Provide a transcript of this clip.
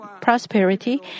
prosperity